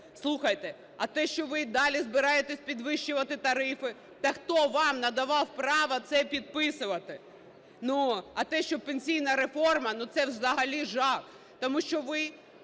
Слухайте, а те, що ви й далі збираєтесь підвищувати тарифи, та хто вам надавав право це підписувати? А те, що пенсійна реформа - це взагалі жах, тому що ви